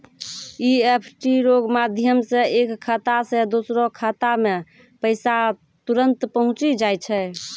EFT रो माध्यम से एक खाता से दोसरो खातामे पैसा तुरंत पहुंचि जाय छै